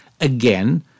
Again